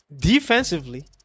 defensively